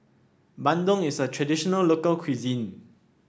bandung is a traditional local cuisine